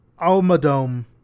Almadome